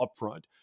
upfront